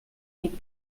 des